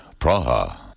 Praha